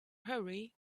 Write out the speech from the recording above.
hurry